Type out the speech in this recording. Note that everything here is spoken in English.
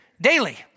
daily